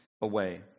away